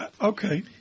Okay